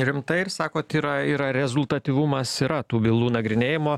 rimtai ir sakot yra yra rezultatyvumas yra tų bylų nagrinėjimo